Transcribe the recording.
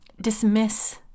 dismiss